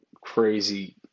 crazy